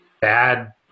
bad